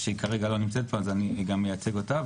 והיא כרגע לא נמצאת פה אז אני גם מייצג אותה,